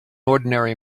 ordinary